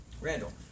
Randall